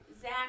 Zach